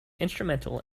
instrumental